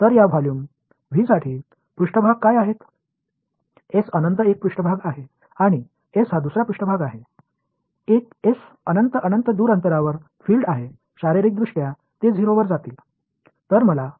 எனவே இந்த கொள்ளளவு V க்கு மேற்பரப்புகள் S இன்பினிடி ஒரு மேற்பரப்பு மற்றும் S மற்றொரு மேற்பரப்பு S இன்பினிடி எல்லையற்ற தூரத்திலுள்ள புலங்கள் பிஸிக்கலி அவை 0 க்கு செல்லும்